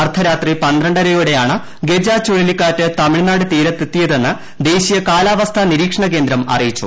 അർദ്ധരാത്രി പന്ത്രണ്ടരയോടെയാണ് ഗജ ചുഴലിക്കാറ്റ് തമിഴ്നാട് തീരത്തെത്തിയതെന്ന് ദേശീയ കാലാവസ്ഥാ നിരീക്ഷണ കേന്ദ്രം അറിയിച്ചു